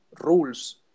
rules